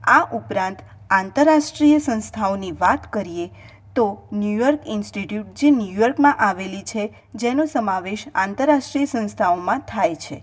આ ઉપરાંત આંતરરાષ્ટ્રીય સંસ્થાઓની વાત કરીએ તો ન્યુયોર્ક ઇન્સ્ટિટ્યૂટ જે ન્યુયોર્કમાં આવેલી છે જેનો સમાવેશ આંતરરાષ્ટ્રીય સંસ્થાઓમાં થાય છે